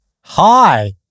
Hi